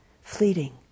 fleeting